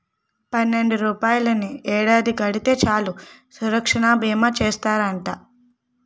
పన్నెండు రూపాయలని ఏడాది కడితే చాలు సురక్షా బీమా చేస్తారట